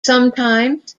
sometimes